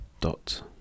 dot